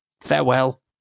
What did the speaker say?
farewell